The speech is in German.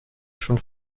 schon